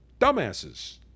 dumbasses